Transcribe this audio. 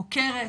חוקרת,